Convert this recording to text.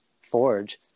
Forge